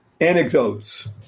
anecdotes